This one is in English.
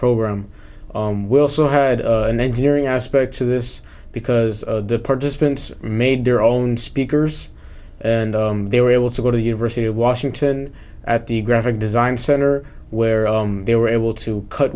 program will so had an engineering aspect to this because the participants made their own speakers and they were able to go to university of washington at the graphic design center where they were able to cut